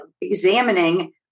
examining